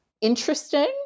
interesting